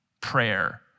prayer